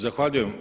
Zahvaljujem.